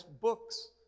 books